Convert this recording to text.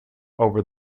over